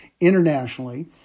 internationally